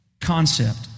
concept